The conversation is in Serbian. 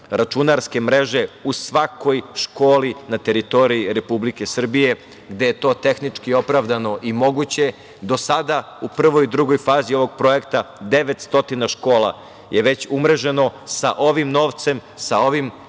računarske mreže u svakoj školi na teritoriji Republike Srbije, gde je to tehnički opravdano i moguće. Do sada u prvoj i drugoj fazi ovog projekta 900 škola je već umreženo sa ovim novcem, sa ovim